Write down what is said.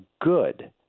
good